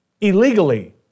illegally